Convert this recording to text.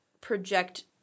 project